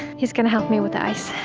he's gonna help me with ice.